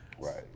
Right